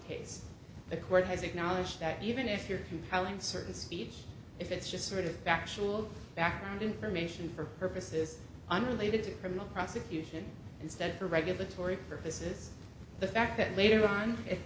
case the court has acknowledged that even if you're compiling certain speeds if it's just sort of factual background information for purposes unrelated to criminal prosecution instead the regulatory purposes the fact that later on i